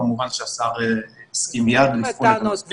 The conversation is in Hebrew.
כמובן שהשר הסכים מיד מה זאת אומרת טענות?